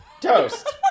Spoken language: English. Toast